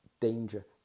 danger